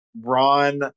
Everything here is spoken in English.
Ron